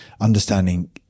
understanding